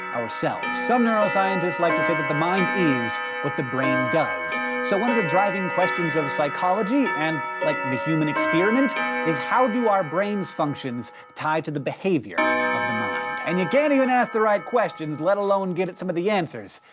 our selves. some neuroscientists like to say that the mind is what the brain does, so one of the driving questions of psychology and, like, the human experiment is how do our brains' functions tie to the behavior of the mind? and you can't even ask the right questions, let alone get at some of the answers,